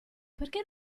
perché